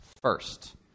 first